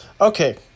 Okay